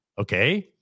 Okay